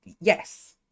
yes